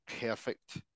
perfect